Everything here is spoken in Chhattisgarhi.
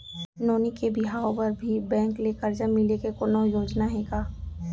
नोनी के बिहाव बर भी बैंक ले करजा मिले के कोनो योजना हे का?